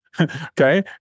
Okay